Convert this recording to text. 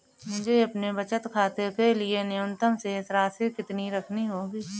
मुझे अपने बचत खाते के लिए न्यूनतम शेष राशि कितनी रखनी होगी?